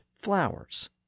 flowers